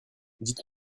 dites